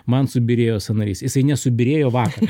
man subyrėjo sąnarys jisai nesubyrėjo vakar